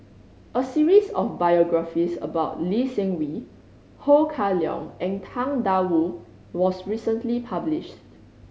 a series of biographies about Lee Seng Wee Ho Kah Leong and Tang Da Wu was recently published